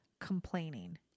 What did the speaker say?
complaining